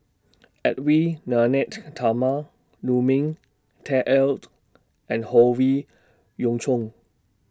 Edwy Lyonet Talma Lu Ming Teh Earl and Howe Yoon Chong